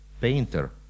painter